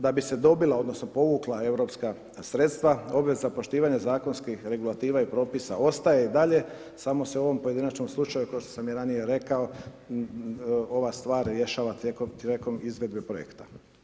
Da bi se dobila odnosno povukla europska sredstva obveza poštivanja zakonskih regulativa i propisa ostaje i dalje, samo se u ovom pojedinačnom slučaju, kao što sam i ranije rekao, ova stvar rješava tijekom izvedbe projekta.